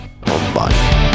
Bye